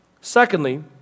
Secondly